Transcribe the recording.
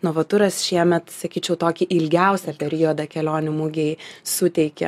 novaturas šiemet sakyčiau tokį ilgiausią periodą kelionių mugėj suteikia